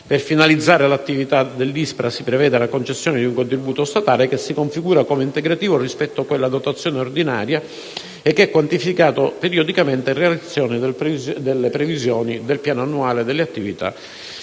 Per finanziare l'attività dell'ISPRA si prevede la concessione di un contributo statale che si configura come integrativo rispetto alla dotazione ordinaria, quantificato periodicamente in relazione alle previsioni del piano annuale delle attività.